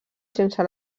sense